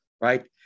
right